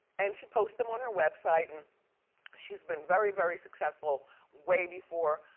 and she posts them on her website and she's been very, very successful way before